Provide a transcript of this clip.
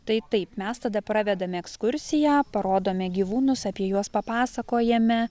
tai taip mes tada pravedame ekskursiją parodome gyvūnus apie juos papasakojame